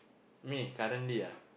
me currently ah